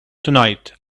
tonight